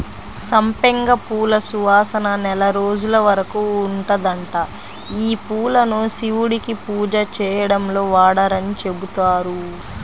సంపెంగ పూల సువాసన నెల రోజుల వరకు ఉంటదంట, యీ పూలను శివుడికి పూజ చేయడంలో వాడరని చెబుతారు